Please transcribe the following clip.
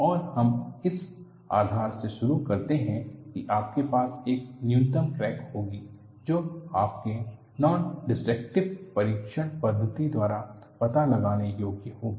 और हम इस आधार से शुरू करते हैं कि आपके पास एक न्यूनतम क्रैक होगी जो आपके नॉनडेसट्रक्टिव परीक्षण पद्धति द्वारा पता लगाने योग्य होगी